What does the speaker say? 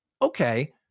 okay